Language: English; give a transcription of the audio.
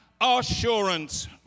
assurance